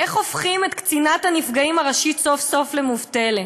איך הופכים את קצינת הנפגעים הראשית סוף-סוף למובטלת?